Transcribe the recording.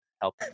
help